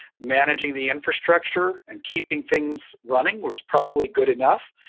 managing the infrastructure and keeping things running, was probably good enough.